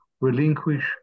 relinquish